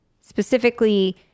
specifically